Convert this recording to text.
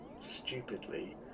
stupidly